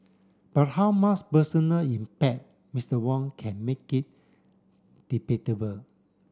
but how much personal impact Mister Wang can make it debatable